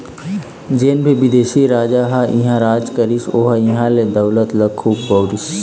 जेन भी बिदेशी राजा ह इहां राज करिस ओ ह इहां के दउलत ल खुब बउरिस